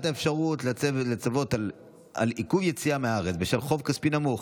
אפשרות לצוות על עיכוב יציאה מהארץ בשל חוב כספי נמוך),